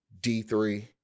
D3